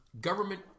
government